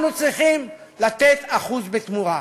אנחנו צריכים לתת 1% בתמורה,